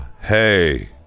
hey